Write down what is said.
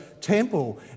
temple